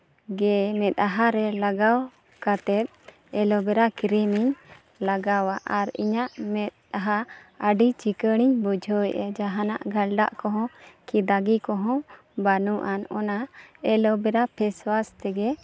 ᱜᱮ ᱢᱮᱫᱦᱟ ᱨᱮ ᱞᱟᱜᱟᱣ ᱠᱟᱛᱮ ᱮᱞᱳᱵᱮᱨᱟ ᱠᱨᱤᱢ ᱤᱧ ᱞᱟᱜᱟᱣᱟ ᱟᱨ ᱤᱧᱟᱹᱜ ᱢᱮᱫᱦᱟ ᱟᱹᱰᱤ ᱪᱤᱠᱟᱹᱲ ᱤᱧ ᱵᱩᱡᱷᱟᱹᱣᱮᱜᱼᱟ ᱡᱟᱦᱟᱱᱟᱜ ᱜᱟᱹᱰᱞᱟ ᱠᱚ ᱦᱚᱸ ᱠᱤ ᱫᱟᱹᱜᱤ ᱠᱚ ᱦᱚᱸ ᱵᱟᱹᱱᱩᱜ ᱟᱹᱱ ᱚᱱᱟ ᱮᱞᱳᱵᱮᱨᱟ ᱯᱷᱮᱥᱚᱣᱟᱥ ᱛᱮᱜᱮ